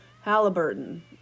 Halliburton